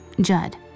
Judd